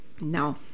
No